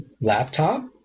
laptop